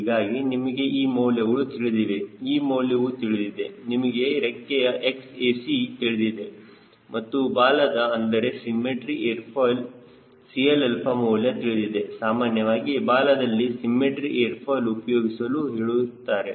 ಹೀಗಾಗಿ ನಿಮಗೆ ಈ ಮೌಲ್ಯಗಳು ತಿಳಿದಿವೆ ಈ ಮೌಲ್ಯವು ತಿಳಿದಿದೆ ನಿಮಗೆ ರೆಕ್ಕೆಯ Xac ತಿಳಿದಿದೆ ಮತ್ತು ಬಾಲದ ಅಂದರೆ ಸಿಮ್ಮೆಟ್ರಿ ಏರ್ ಫಾಯ್ಲ್ CLα ಮೌಲ್ಯ ತಿಳಿದಿರುತ್ತದೆ ಸಾಮಾನ್ಯವಾಗಿ ಬಾಲದಲ್ಲಿ ಸಿಮ್ಮೆಟ್ರಿ ಏರ್ ಫಾಯ್ಲ್ ಉಪಯೋಗಿಸಲು ಹೇಳಿರುತ್ತಾರೆ